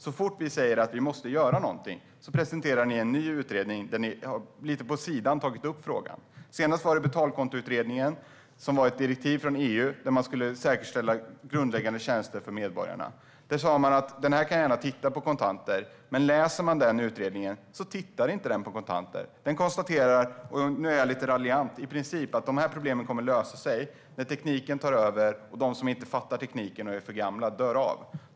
Så fort vi säger att något måste göras presenterar ni en ny utredning där ni har tagit upp frågan lite vid sidan av. Senast var det utredningen om betaltjänster, som byggde på ett direktiv från EU om att säkerställa grundläggande tjänster för medborgarna. Det sas att utredningen gärna kunde titta på kontanter. Men den tittar inte på kontanter. Man konstaterar i princip - nu raljerar jag lite - att de problemen kommer att lösa sig när tekniken tar över och när de som inte fattar tekniken, de som är för gamla, dör.